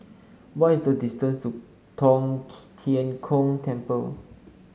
what is the distance to Tong Tien Kung Temple